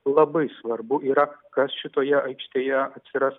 labai svarbu yra kas šitoje aikštėje atsiras